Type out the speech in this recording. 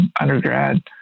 undergrad